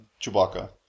Chewbacca